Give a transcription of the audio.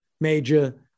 Major